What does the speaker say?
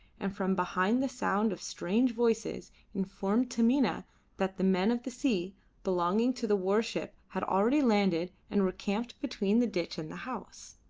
and from behind the sound of strange voices informed taminah that the men of the sea belonging to the warship had already landed and were camped between the ditch and the house.